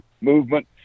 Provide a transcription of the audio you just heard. movement